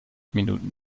minuten